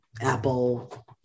Apple